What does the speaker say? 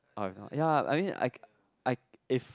orh if not ya I mean I I if